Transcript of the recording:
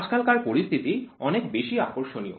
আজকালকার পরিস্থিতি অনেক বেশি আকর্ষণীয়